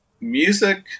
Music